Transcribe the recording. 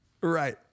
Right